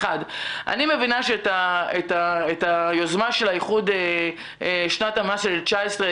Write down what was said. אחת אני מבינה שאת היוזמה של האיחוד שנת המס של 2020-2019